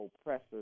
oppressors